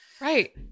Right